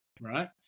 right